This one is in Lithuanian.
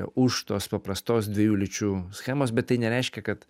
už tos paprastos dviejų lyčių schemos bet tai nereiškia kad